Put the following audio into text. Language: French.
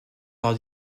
par